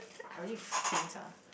I'll really faints ah